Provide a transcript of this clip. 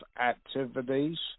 activities